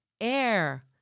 air